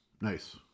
Nice